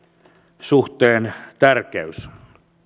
yleisösuhteen tärkeys